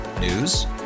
News